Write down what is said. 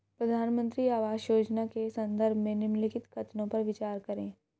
प्रधानमंत्री आवास योजना के संदर्भ में निम्नलिखित कथनों पर विचार करें?